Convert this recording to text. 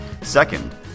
Second